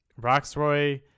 Roxroy